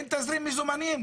אין תזרים מזומנים.